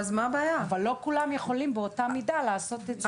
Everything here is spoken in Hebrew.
אבל לא כולם יכולים באותה מידה לעשות את זה.